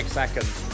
seconds